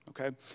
okay